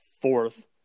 fourth